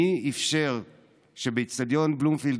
מי אפשר שבאצטדיון בלומפילד,